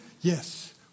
Yes